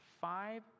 five